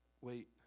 wait